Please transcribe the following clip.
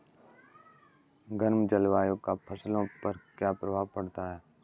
गर्म जलवायु का फसलों पर क्या प्रभाव पड़ता है?